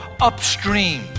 upstream